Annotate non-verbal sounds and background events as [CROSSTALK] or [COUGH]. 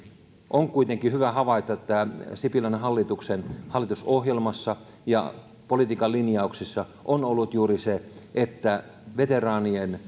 on kuitenkin hyvä havaita että sipilän hallituksen hallitusohjelmassa ja politiikan linjauksissa on ollut juuri se että veteraanien [UNINTELLIGIBLE]